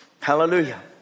Hallelujah